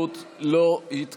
אם כן,